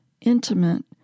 intimate